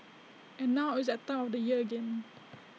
and now it's A time of the year again